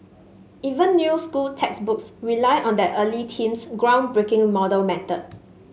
even new school textbooks rely on that early team's groundbreaking model method